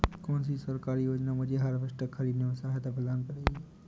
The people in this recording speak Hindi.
कौन सी सरकारी योजना मुझे हार्वेस्टर ख़रीदने में सहायता प्रदान करेगी?